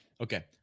okay